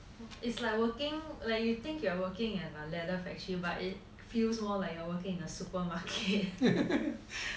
is like working like you think you are working in a leather factory but it feels more like you are working in a supermarket